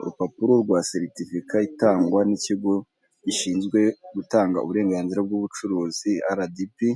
Urupapuro rwa seritifika itangwa n'ikigo gishinzwe gutanga uburenganzira bw'ubucuruzi aradibi